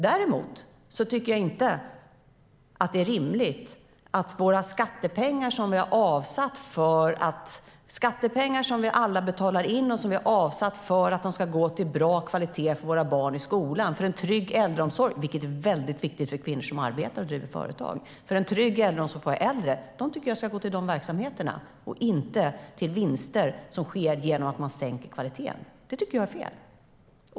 Däremot tycker jag att det är rimligt att våra skattepengar, som vi alla betalat in och som vi avsatt för att få bra kvalitet för våra barn i skolan och för en trygg äldreomsorg, vilket är väldigt viktigt för kvinnor som arbetar och driver företag, ska gå till dessa verksamheter, inte till vinster som uppstår genom att man sänker kvaliteten. Det tycker jag är fel.